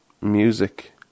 music